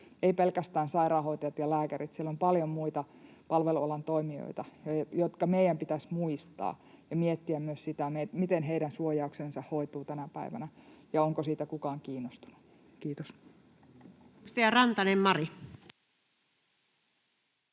pelkästään sairaanhoitajat ja lääkärit, siellä on paljon muita palvelualan toimijoita — ja jotka meidän pitäisi muistaa ja miettiä myös sitä, miten heidän suojauksensa hoituu tänä päivänä, ja sitä, onko siitä kukaan kiinnostunut. — Kiitos.